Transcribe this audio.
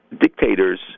dictators